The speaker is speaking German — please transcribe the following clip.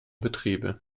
betriebe